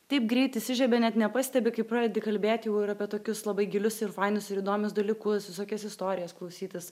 taip greit įsižiebia net nepastebi kaip pradedi kalbėti apie tokius labai gilius ir fainus ir įdomius dalykus visokias istorijas klausytis